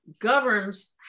governs